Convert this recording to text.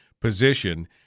position